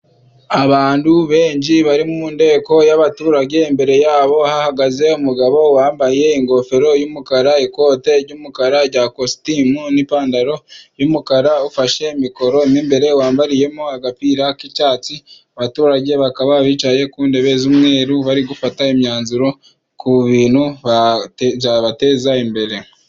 Abantu benshi bari mu nteko y'abaturage imbere yabo hahagaze umugabo wambaye ingofero y'umukara ikote ry'umukara rya kositimu n'ipantaro y'umukara ufashe mikoro n'imbere wambariyemo agapira k'icyatsi abaturage bakaba bicaye ku ntebe z'umweru bari gufata imyanzuro ku bintu byabateza imbere.